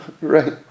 Right